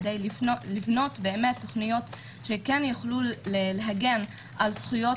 כדי לבנות תכניות שיוכלו להגן על זכויות